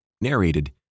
Narrated